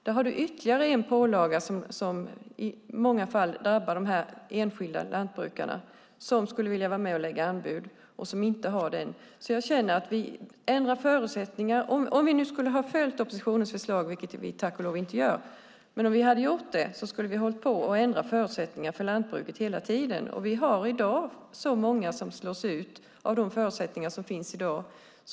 Där har vi ytterligare en pålaga som i många fall drabbar de enskilda lantbrukare som skulle vilja vara med och lägga anbud men som inte kan göra det. Om vi nu hade följt oppositionens förslag, vilket vi tack och lov inte gör, skulle vi hålla på att ändra förutsättningarna för lantbruket hela tiden. Det är i dag så många som slås ut med de förutsättningar som finns i dag.